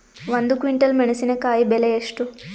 ಒಂದು ಕ್ವಿಂಟಾಲ್ ಮೆಣಸಿನಕಾಯಿ ಬೆಲೆ ಎಷ್ಟು?